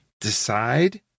decide